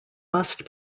must